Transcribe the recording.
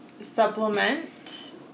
supplement